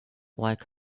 like